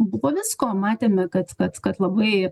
buvo visko matėme kad kad kad labai